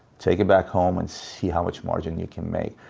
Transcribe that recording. take it back home and see how much margin you can make.